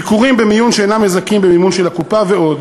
ביקורים בחדר מיון שאינם מזכים במימון של הקופה ועוד.